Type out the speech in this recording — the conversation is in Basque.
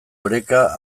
oreka